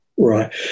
Right